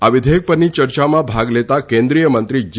આ વિઘેયક પરની યર્યામાં ભાગ લેતાં કેન્દ્રિય મંત્રી જી